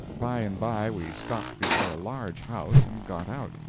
by and by we stopped before a large house and got out.